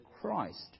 Christ